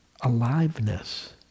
aliveness